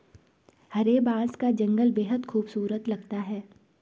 हरे बांस का जंगल बेहद खूबसूरत लगता है